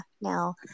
Now